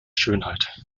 schönheit